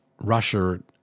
Russia